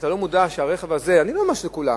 אתה לא מודע שהרכב הזה, אני לא אומר שזה כולם.